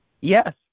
Yes